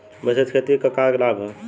मिश्रित खेती क का लाभ ह?